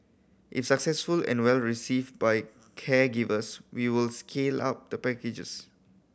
if successful and well received by caregivers we will scale up the packages